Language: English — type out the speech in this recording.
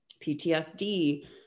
PTSD